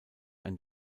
ein